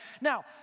Now